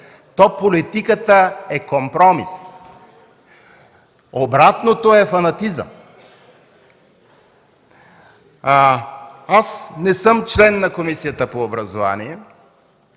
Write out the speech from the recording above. то политиката е компромис. Обратното е фанатизъм. Не съм член на Комисията по образование,